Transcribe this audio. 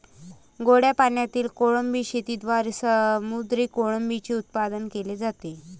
गोड्या पाण्यातील कोळंबी शेतीद्वारे समुद्री कोळंबीचे उत्पादन केले जाते